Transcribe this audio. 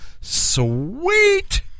sweet